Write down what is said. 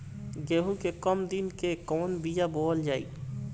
गेहूं के कम दिन के कवन बीआ बोअल जाई?